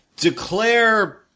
Declare